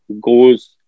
goes